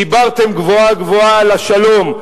דיברתם גבוהה גבוהה על השלום,